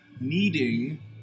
needing